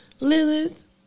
Lilith